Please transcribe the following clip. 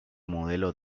modelo